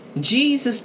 Jesus